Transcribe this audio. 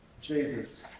Jesus